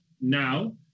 now